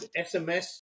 SMS